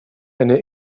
eine